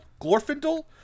Glorfindel